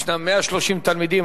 יש שם 130 תלמידים.